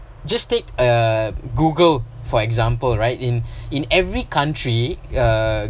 just take err Google for example right in in every country uh